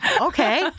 okay